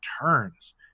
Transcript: turns